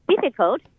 difficult